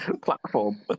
platform